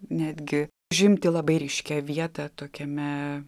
netgi užimti labai ryškią vietą tokiame